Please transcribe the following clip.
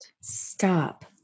Stop